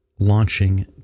launching